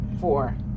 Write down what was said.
Four